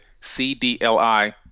cdli